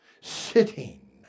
sitting